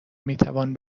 میتوان